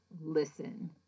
listen